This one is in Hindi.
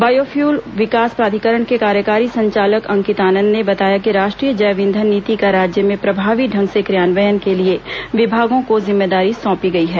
बायोफ्यूल विकास प्राधिकरण के कार्यकारी संचालक अंकित आनंद ने बताया कि राष्ट्रीय जैव ईधन नीति का राज्य में प्रभावी ढंग से क्रियान्वयन के लिए विभागों को जिम्मेदारी सौंपी गई है